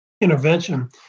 intervention